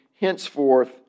henceforth